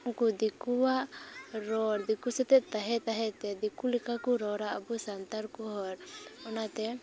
ᱩᱱᱠᱩ ᱫᱤᱠᱩᱭᱟᱜ ᱨᱚᱲ ᱫᱤᱠᱩ ᱥᱟᱛᱮ ᱛᱟᱦᱮᱸ ᱛᱟᱦᱮᱸᱛᱮ ᱫᱤᱠᱩ ᱞᱮᱠᱟ ᱠᱚ ᱨᱚᱲᱟ ᱟᱵᱚ ᱥᱟᱱᱛᱟᱲ ᱠᱚ ᱦᱚᱲ ᱚᱱᱟᱛᱮ